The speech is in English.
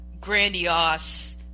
grandiose